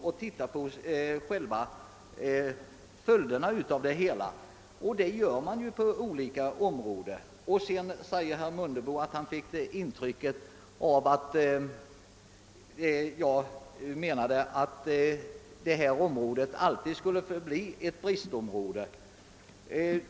Vi bedömer också följderna av olika åtgärder med ett sådant mål i sikte. Herr Mundebo hade fått ett intryck av att jag menade att vårdområdet alltid skulle förbli ett bristområde.